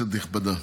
כנסת נכבדה,